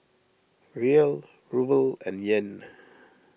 Riel Ruble and Yen